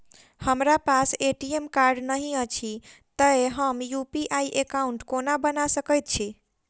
हमरा पास ATM card नहि अछि तए हम यु.पी.आई एकॉउन्ट कोना बना सकैत छी